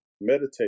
meditate